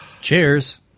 Cheers